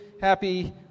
happy